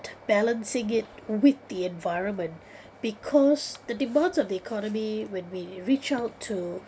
balancing it with the environment because the demands of the economy when we reach out to